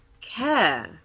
care